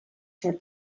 for